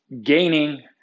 gaining